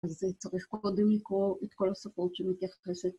אז זה צריך קודם לקרוא את כל הספרות שמתייחסת לזה.